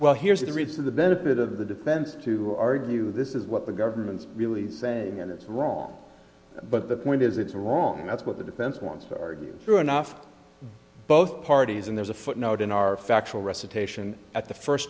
well here's the reach of the benefit of the defense to argue this is what the government's really saying and it's wrong but the point is it's wrong that's what the defense wants to argue through enough both parties and there's a footnote in our factual recitation at the first